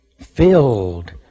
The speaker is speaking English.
filled